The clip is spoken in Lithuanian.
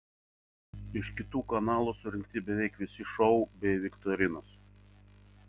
iš kitų kanalų surinkti beveik visi šou bei viktorinos